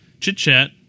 chit-chat